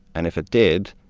and if it did,